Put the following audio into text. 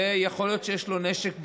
ויכול להיות שיש לו נשק בכיס,